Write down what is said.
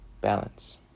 balance